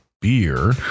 beer